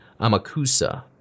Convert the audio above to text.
Amakusa